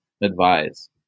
advise